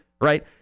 right